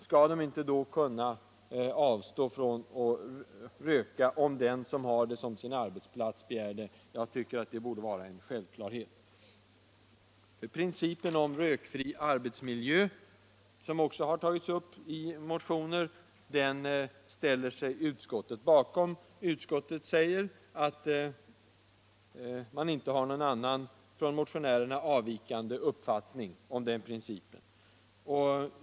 Skall de då inte kunna avstå från att röka om den som har taxin som arbetsplats begär det? Jag tycker det borde vara en självklarhet. Principen om rökfri arbetsmiljö, som också har tagits upp i motioner, ställer sig utskottet bakom. Utskottet säger att man inte har någon från motionärerna avvikande uppfattning om den principen.